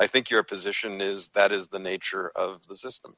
i think your position is that is the nature of the system